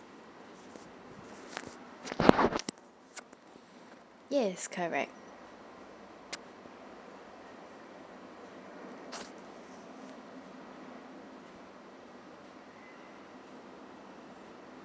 yes correct